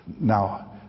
Now